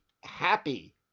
happy